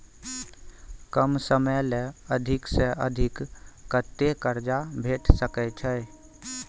कम समय ले अधिक से अधिक कत्ते कर्जा भेट सकै छै?